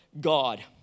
God